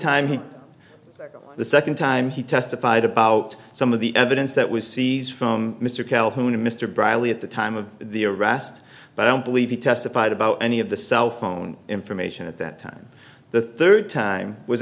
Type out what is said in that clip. he the second time he testified about some of the evidence that was seized from mr calhoun and mr bradley at the time of the arrest but i don't believe he testified about any of the cell phone information at that time the third time was